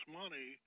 money